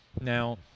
Now